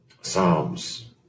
Psalms